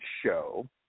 show